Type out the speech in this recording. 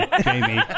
Jamie